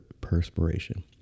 perspiration